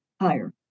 higher